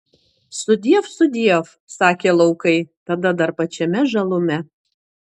sudiev sudiev sakė laukai tada dar pačiame žalume